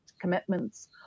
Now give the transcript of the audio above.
commitments